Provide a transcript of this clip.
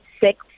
six